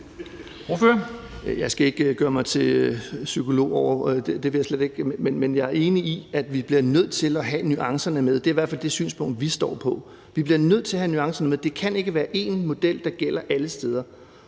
Jeg skal jeg ikke gøre mig til psykolog over det. Men jeg er enig i, at vi bliver nødt til at have nuancerne med – det er i hvert fald det synspunkt, vi står på. Vi bliver nødt til at have nuancerne med, det kan ikke være én model, der gælder alle steder,